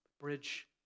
Bridge